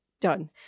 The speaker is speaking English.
done